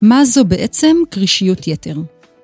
‫מה זו בעצם קרישיות יתר?